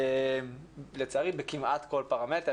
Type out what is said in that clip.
לצערי בכמעט כל פרמטר.